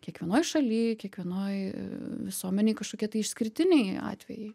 kiekvienoj šalyj kiekvienoj visuomenėj kažkokie tai išskirtiniai atvejai